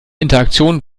interaktion